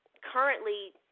currently